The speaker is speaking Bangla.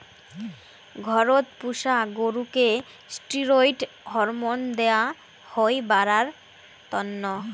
ঘরত পুষা গরুকে ষ্টিরৈড হরমোন দেয়া হই বাড়ার তন্ন